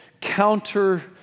counter